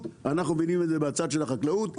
ואנחנו מבינים את זה מהצד של החקלאות,